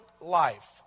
life